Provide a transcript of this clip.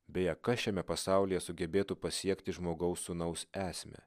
beje kas šiame pasaulyje sugebėtų pasiekti žmogaus sūnaus esmę